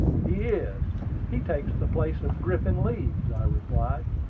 he is he takes the place of griffin leeds, i replied.